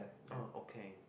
oh okay